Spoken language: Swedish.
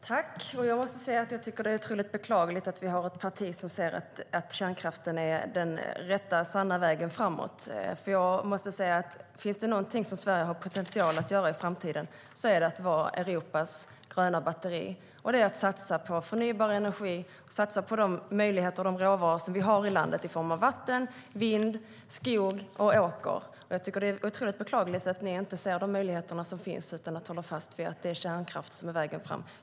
Herr talman! Jag tycker att det är otroligt beklagligt att det finns ett parti som anser att kärnkraften är den rätta, sanna vägen framåt. Om det finns något som Sverige har potential att göra i framtiden är det att vara Europas gröna batteri genom att satsa på förnybar energi och genom att satsa på de möjligheter och råvaror som finns i landet i form av vatten, vind, skog och åker. Det är otroligt beklagligt att Sverigedemokraterna inte ser de möjligheter som finns utan håller fast vid att det är kärnkraften som är vägen framåt.